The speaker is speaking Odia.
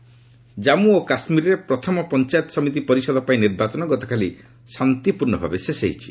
ବିଡିସି ଜାମ୍ମୁ ଓ କାଶ୍ମୀରରେ ପ୍ରଥମ ପଞ୍ଚାୟତ ସମିତି ପରିଷଦ ପାଇଁ ନିର୍ବାଚନ ଗତକାଲି ଶାନ୍ତିପୂର୍ଣ୍ଣ ଭାବେ ଶେଷ ହୋଇଛି